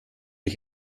ich